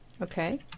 Okay